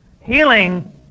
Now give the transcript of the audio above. Healing